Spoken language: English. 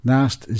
Naast